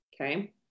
okay